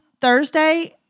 Thursday